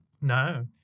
no